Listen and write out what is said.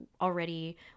already